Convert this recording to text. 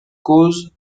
cause